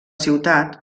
ciutat